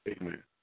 Amen